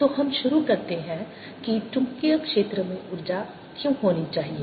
तो हम शुरू करते हैं कि चुंबकीय क्षेत्र में ऊर्जा क्यों होनी चाहिए